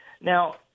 now